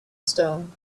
stone